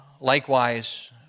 likewise